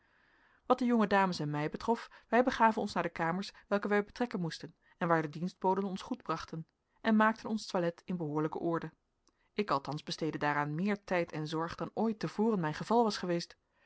wat de jonge dames en mij betrof wij begaven ons naar de kamers welke wij betrekken moesten en waar de dienstboden ons goed brachten en maakten ons toilet in behoorlijke orde ik althans besteedde daaraan meer tijd en zorg dan ooit te voren mijn geval was geweest